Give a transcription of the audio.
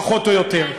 פחות או יותר.